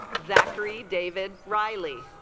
zachary david riley